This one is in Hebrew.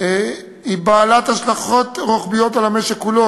הוא בעל השלכות רוחביות על המשק כולו,